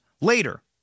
later